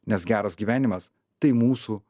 nes geras gyvenimas tai mūsų